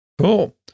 Cool